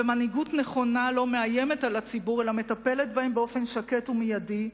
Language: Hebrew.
ומנהיגות נכונה לא מאיימת על הציבור אלא מטפלת בו באופן שקט ומיידי,